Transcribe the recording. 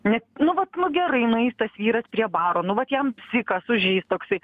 net nu vat nu gerai nueis tas vyras prie baro nu vat jam psichas užeis toksai